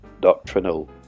doctrinal